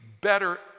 better